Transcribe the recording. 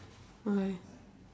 why